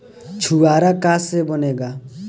छुआरा का से बनेगा?